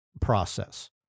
process